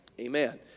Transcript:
Amen